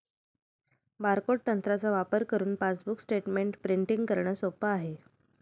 barcode तंत्राचा वापर करुन पासबुक स्टेटमेंट प्रिंटिंग करणे सोप आहे